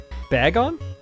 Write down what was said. Bagon